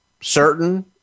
certain